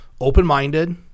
open-minded